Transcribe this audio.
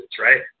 right